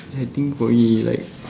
I think for me like